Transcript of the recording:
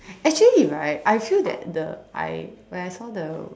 actually right I feel that the I when I saw the